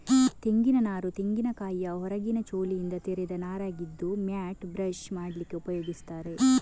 ತೆಂಗಿನ ನಾರು ತೆಂಗಿನಕಾಯಿಯ ಹೊರಗಿನ ಚೋಲಿನಿಂದ ತೆಗೆದ ನಾರಾಗಿದ್ದು ಮ್ಯಾಟ್, ಬ್ರಷ್ ಮಾಡ್ಲಿಕ್ಕೆ ಉಪಯೋಗಿಸ್ತಾರೆ